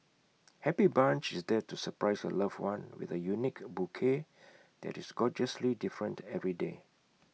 happy bunch is there to surprise your loved one with A unique bouquet that is gorgeously different every day